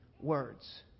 words